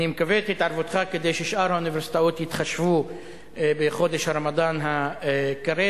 אני מבקש את התערבותך כדי ששאר האוניברסיטאות יתחשבו בחודש הרמדאן הקרב,